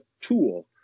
tool